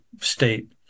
state